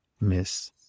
Miss